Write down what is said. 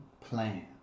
plan